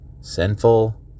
sinful